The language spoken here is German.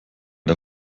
der